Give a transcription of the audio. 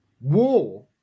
war